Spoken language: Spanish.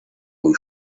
muy